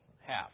half